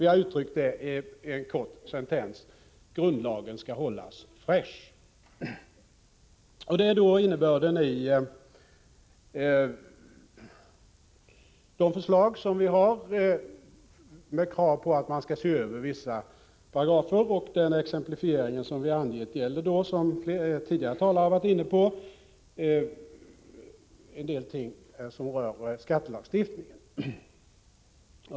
Vi har uttryckt det i en kort sentens: Grundlagen skall hållas fräsch. Detta är innebörden i de förslag som vi har lagt fram, med krav på att man skall se över vissa paragrafer. Den exemplifiering vi angett gäller, som tidigare talare varit inne på, en del ting som rör skattelagstiftningen.